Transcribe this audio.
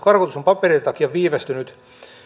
karkotus on papereiden takia viivästynyt